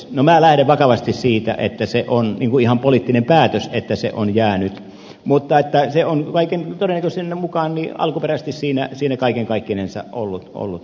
no minä lähden vakavasti siitä että se on ihan poliittinen päätös että se on jäänyt mutta se on kaiken todennäköisyyden mukaan alkuperäisesti siinä kaiken kaikkinensa ollut mukana